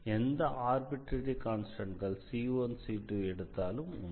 இது எந்த ஆர்பிட்ரரி கான்ஸ்டன்ட்கள் c1 c2 எடுத்தாலும் உண்மை